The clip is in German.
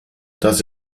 dass